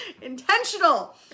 Intentional